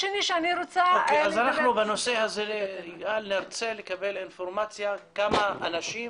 אז אנחנו בנושא הזה נרצה לקבל אינפורמציה כמה אנשים